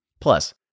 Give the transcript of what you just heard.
Plus